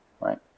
right